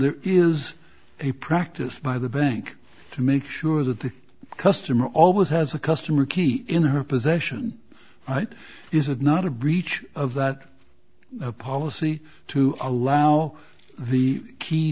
there is a practice by the bank to make sure that the customer always has a customer in her possession is it not a breach of that policy to allow the key